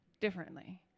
differently